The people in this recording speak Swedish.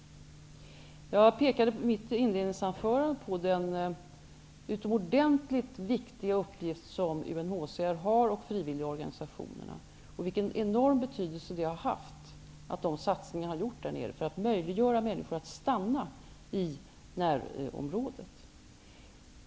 I mitt inledningsanförande pekade jag på den utomordentligt viktiga uppgift som UNHCR och frivilligorganisationerna har och vilken enorm be tydelse det har haft med de satsningar som gjorts för att möjliggöra för människor att stanna i när området.